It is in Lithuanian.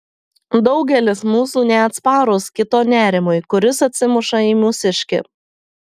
daugelis mūsų neatsparūs kito nerimui kuris atsimuša į mūsiškį